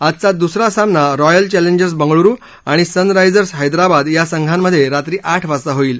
आजचा दुसरा सामना रॉयल चॅलेंजर्स बेंगळुरु आणि सनरायजर्स हैदराबाद या संघामधे रात्री आठ वाजता होईल